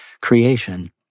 creation